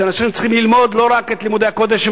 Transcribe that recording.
שאנשים צריכים ללמוד לא רק את לימודי הקודש.